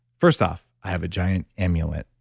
first off, i have a giant amulet.